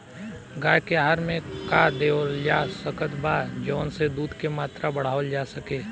गाय के आहार मे का देवल जा सकत बा जवन से दूध के मात्रा बढ़ावल जा सके?